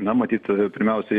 na matyt pirmiausiai